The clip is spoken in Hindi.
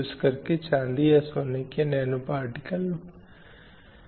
स्लाइड समय संदर्भ 0737 अब इसलिए समाज में लैंगिक समाजीकरण होता है अब यह लैंगिक समाजीकरण क्या है